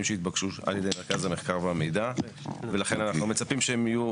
שהתבקשו על ידי רכז המחקר והמידע ולכן אנחנו מצפים שהם יהיו